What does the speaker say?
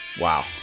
Wow